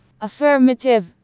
Affirmative